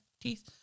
teeth